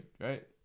right